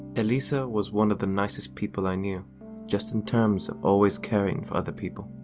elisa was one of the nicest people i knew just in terms of always caring for other people.